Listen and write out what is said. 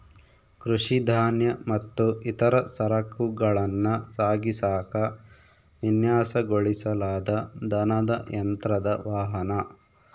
ಕೃಷಿ ಧಾನ್ಯ ಮತ್ತು ಇತರ ಸರಕುಗಳನ್ನ ಸಾಗಿಸಾಕ ವಿನ್ಯಾಸಗೊಳಿಸಲಾದ ದನದ ಯಂತ್ರದ ವಾಹನ